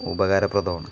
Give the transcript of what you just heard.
ഉപകാരപ്രദമാണ്